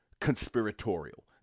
conspiratorial